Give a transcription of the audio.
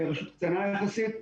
רשות קטנה יחסית.